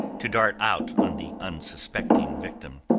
to dart out on the unsuspecting victim.